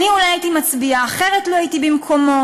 אני אולי הייתי מצביעה אחרת לו הייתי במקומו,